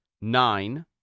nine